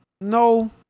No